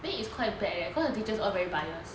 then it is quite bad leh cause the teachers all very bias